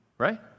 Right